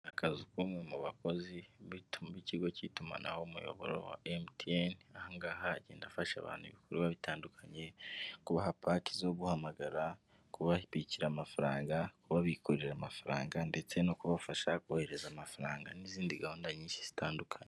Akazi k'umwe mu bakozi b'ikigo cy'itumanaho umuyoboro wa MTN, aha ngaha agenda afasha abantu ibikorwa bitandukanye, kubaha paki zo guhamagara, kubabikira amafaranga, kubabikurira amafaranga ndetse no kubafasha kohereza amafaranga n'izindi gahunda nyinshi zitandukanye.